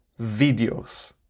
videos